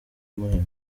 muhima